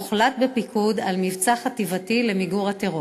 הוחלט בפיקוד על מבצע חטיבתי למיגור הטרור.